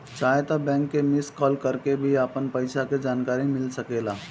चाहे त बैंक के मिस कॉल करके भी अपन पईसा के जानकारी मिल सकेला